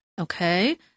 okay